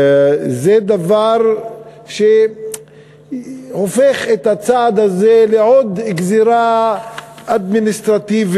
זה דבר שהופך את הצעד הזה לעוד גזירה אדמיניסטרטיבית,